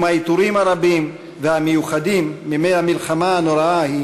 עם העיטורים הרבים והמיוחדים מימי המלחמה הנוראה ההיא,